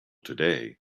today